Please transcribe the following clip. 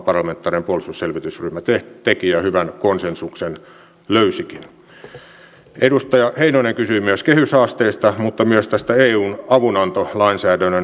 iäkkäälle ilmestynyt mustelma tai ruhje saatetaan tulkita virheellisesti vaikkapa kaatumisesta johtuvaksi mutta totuus voikin olla täysin toinen